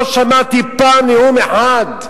לא שמעתי פעם אחת, נאום אחד,